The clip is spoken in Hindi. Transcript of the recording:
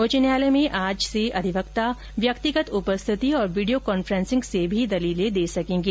उच्च न्यायालय में आज से अधिवक्ता व्यक्गित उपस्थिति और वीडियो कॉन्फ्रेंसिंग से भी दलीलें दे सकेंगे